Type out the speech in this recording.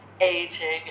Aging